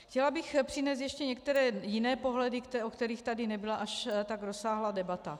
Chtěla bych přinést ještě některé jiné pohledy, o kterých tady nebyla až tak rozsáhlá debata.